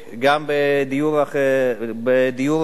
גם בדיור בר-השגה,